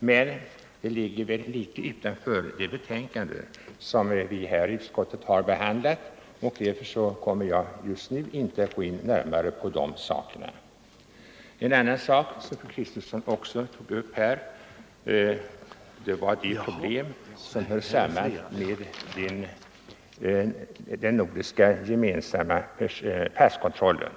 Men det ligger väl litet utanför vad som behandlas i utskottets förevarande betänkande, och därför kommer jag inte nu att gå närmare in på de frågorna. En annan sak som fru Kristensson också tog upp var de problem som hör samman med den gemensamma nordiska passkontrollen.